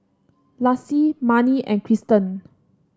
Lassie Marnie and Cristen